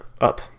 up